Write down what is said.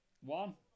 One